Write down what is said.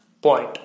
point